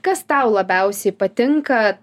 kas tau labiausiai patinka